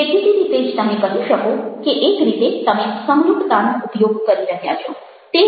દેખીતી રીતે જ તમે કહી શકો કે એક રીતે તમે સમરૂપતાનો ઉપયોગ કરી રહ્યા છો